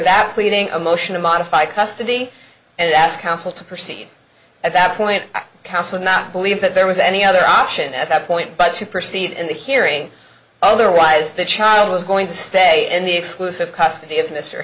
that pleading a motion to modify custody and ask counsel to proceed at that point counsel not believe that there was any other option at that point but to proceed in the hearing otherwise the child was going to stay in the exclusive custody of mr